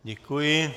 Děkuji.